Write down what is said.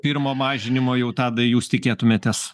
pirmo mažinimo jau tadai jūs tikėtumėtės